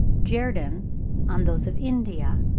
jerdon on those of india,